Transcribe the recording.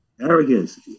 Arrogance